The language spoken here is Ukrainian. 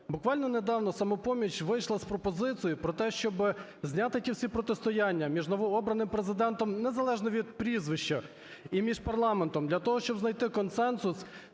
Буквально недавно "Самопоміч" вийшла з пропозицією про те, щоби зняти ті всі протистояння між новообраним Президентом, незалежно від прізвища, і між парламентом, для того щоб знайти консенсус,